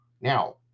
Now